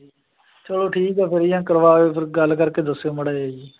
ਹਾਂਜੀ ਚਲੋ ਠੀਕ ਹੈ ਵਧੀਆ ਕਰਵਾ ਦਿਓ ਫਿਰ ਗੱਲ ਕਰਕੇ ਦੱਸਿਓ ਮਾੜਾ ਜਿਹਾ ਜੀ